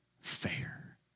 fair